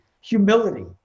humility